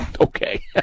Okay